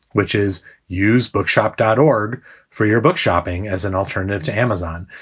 which is use bookshop doored for your book shopping as an alternative to. amazon,